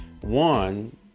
one